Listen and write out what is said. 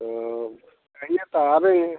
तब कहिए तो आएँगे